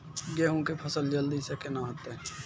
गेहूँ के फसल जल्दी से के ना होते?